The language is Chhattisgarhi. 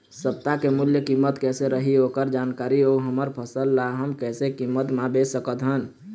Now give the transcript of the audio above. सप्ता के मूल्य कीमत कैसे रही ओकर जानकारी अऊ हमर फसल ला हम कैसे कीमत मा बेच सकत हन?